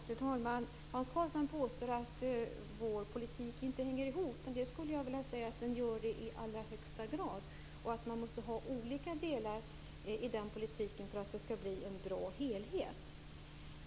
Fru talman! Hans Karlsson påstår att vår politik inte hänger ihop, men jag skulle vilja säga att det gör den i allra högsta grad. Man måste ha olika delar i politiken för att det skall bli en bra helhet.